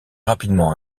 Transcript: rapidement